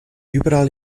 überall